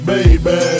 Baby